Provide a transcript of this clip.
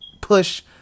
push